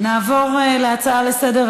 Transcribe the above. יועבר לוועדת הכלכלה.